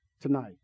tonight